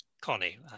Connie